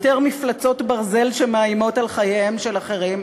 יותר מפלצות ברזל שמאיימות על חייהם של אחרים.